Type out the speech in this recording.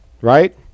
right